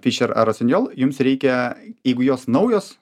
fischer ar rossignol jums reikia jeigu jos naujos